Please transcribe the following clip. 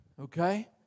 okay